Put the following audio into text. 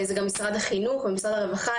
זה גם משרד החינוך, זה גם משרד הרווחה.